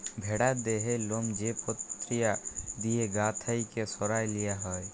ভেড়ার দেহের লম যে পক্রিয়া দিঁয়ে গা থ্যাইকে সরাঁয় লিয়া হ্যয়